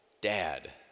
dad